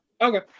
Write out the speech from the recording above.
Okay